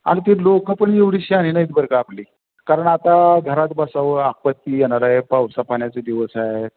आणि ते लोकं पण एवढी शहाणी नाहीत बरंका आपली कारण आता घरात बसावं आपत्ती येणार आहे पावसापाण्याचे दिवस आहे